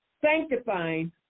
sanctifying